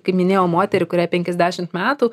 kaip minėjau moterį kuriai penkiasdešimt metų